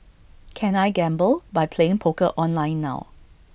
can I gamble by playing poker online now